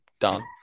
Done